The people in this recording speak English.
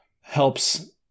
helps